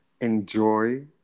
enjoy